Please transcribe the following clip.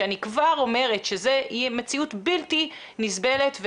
שאני כבר אומרת שזו תהיה מציאות בלתי נסבלת.